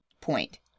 point